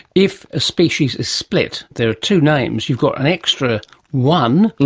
if a species is split there are two names, you've got an extra one